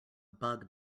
bug